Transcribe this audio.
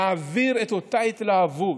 להעביר את אותה התלהבות,